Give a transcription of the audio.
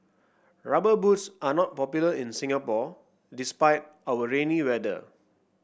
rubber boots are not popular in Singapore despite our rainy weather